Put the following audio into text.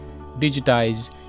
digitize